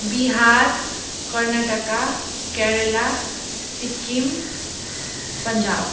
Bihar Karnataka Kerala Sikkim Punjab